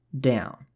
down